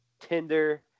Tinder